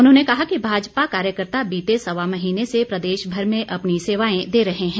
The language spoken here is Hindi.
उन्होंने कहा कि भाजपा कार्यकर्ता बीते सवा महीने से प्रदेशभर में अपनी सेवाएं दे रहे हैं